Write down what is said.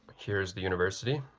here's the university,